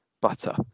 butter